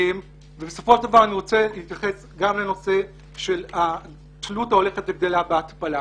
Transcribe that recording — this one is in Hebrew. בסופו של דבר אני רוצה להתייחס גם לנושא של התלות ההולכת וגדלה בהתפלה.